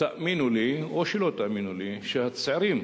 תאמינו לי, או שלא תאמינו לי, שהצעירים